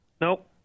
Nope